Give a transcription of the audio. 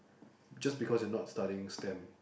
just because you're not studying stem